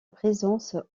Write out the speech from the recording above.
présence